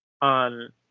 on